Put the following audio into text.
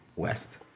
west